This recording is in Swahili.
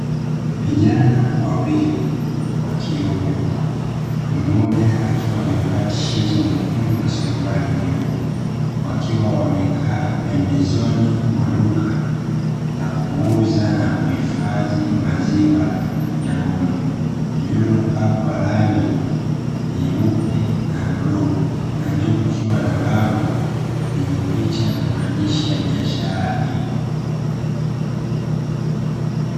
Vijana wawili wa kiume mmoja akiwa amevaa tisheti nyukundu nasuruali nyeupe wakiwa wamekaa pembezoni mwaduka la kuuza nakuhifadhi maziwa ya ng'ombe lililopakwa rangi nyeupe na bluu na juu kukiwa na bango lenye picha na maandishi ya biashara hiyo.